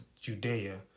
Judea